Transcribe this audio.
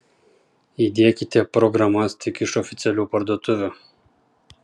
įdiekite programas tik iš oficialių parduotuvių